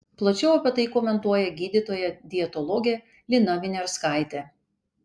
plačiau apie tai komentuoja gydytoja dietologė lina viniarskaitė